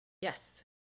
Yes